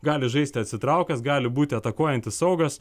gali žaisti atsitraukęs gali būti atakuojantis saugas